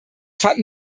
fanden